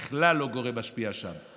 בכלל לא גורם משפיע שם.